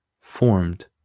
formed